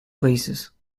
places